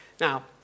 Now